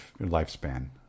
lifespan